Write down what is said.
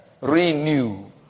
renew